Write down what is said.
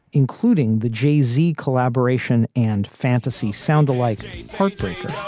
including the jay z collaboration and fantasy sound alike a heartbreaker